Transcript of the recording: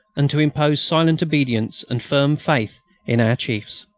and to impose silent obedience and firm faith in our chiefs.